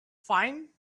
fine